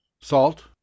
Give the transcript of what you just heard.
salt